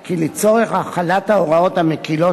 כי לצורך החלת ההוראות המקילות